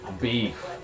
beef